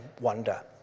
wonder